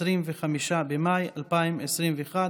התשפ"א 2021,